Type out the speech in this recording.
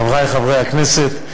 חברי חברי הכנסת,